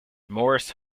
morris